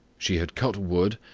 she had cut wood,